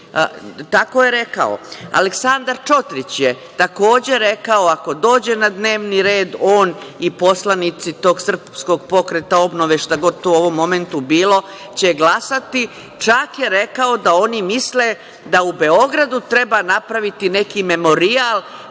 dnevnom redu. Aleksandar Čotrić je takođe rekao, ako dođe na dnevni red, on i poslanici tog SPO, šta god to u ovom momentu bilo, će glasati, čak je rekao da oni misle da u Beogradu treba napraviti neki memorijal,